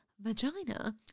vagina